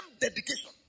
dedication